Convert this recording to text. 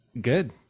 Good